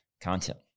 content